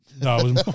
No